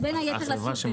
בין היתר לסופרים.